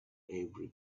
every